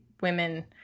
women